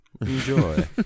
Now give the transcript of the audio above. Enjoy